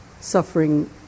suffering